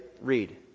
Read